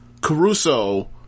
Caruso